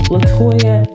Latoya